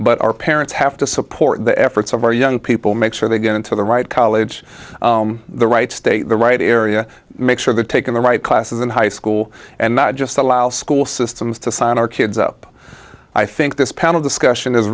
but our parents have to support the efforts of our young people make sure they get into the right college the right state the right area make sure the taken the right classes in high school and not just allow school systems to sign our kids up i think this panel discussion is